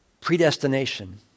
predestination